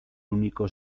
único